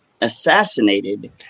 assassinated